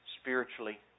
spiritually